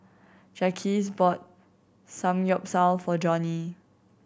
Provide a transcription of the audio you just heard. Jacquez bought Samgyeopsal for Joni